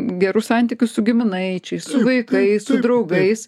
gerus santykius su giminaičiais su vaikais su draugais